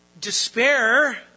despair